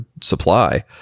supply